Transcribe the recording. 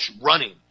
running